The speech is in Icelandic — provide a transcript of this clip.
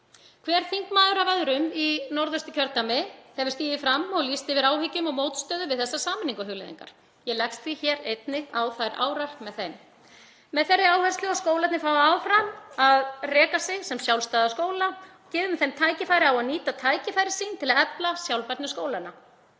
Hver þingmaður af öðrum í Norðausturkjördæmi hefur stigið fram og lýst yfir áhyggjum og mótstöðu við þessar sameiningarhugleiðingar. Ég leggst hér einnig á þær árar með þeim, með þá áherslu að skólarnir fái áfram að reka sig sem sjálfstæða skóla. Gefum þeim tækifæri á að nýta tækifæri sín til að efla sjálfbærni skólanna.